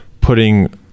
putting